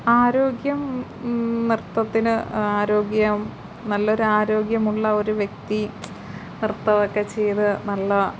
ആരോഗ്യം നൃത്തത്തിന് ആരോഗ്യം നല്ലൊരു ആരോഗ്യമുള്ള ഒരു വ്യക്തി നൃത്തമൊക്കെ ചെയ്ത് നല്ല